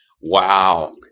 Wow